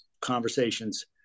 conversations